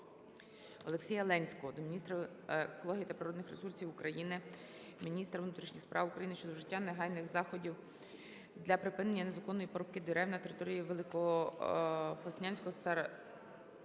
Олексія Ленського до міністра екології та природних ресурсів України, міністра внутрішніх справ України щодо вжиття негайних заходів для припинення незаконної порубки дерев на території Великофоснянського старостинського